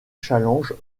challenge